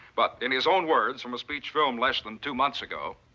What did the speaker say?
but, in his own words from a speech filmed less than two months ago.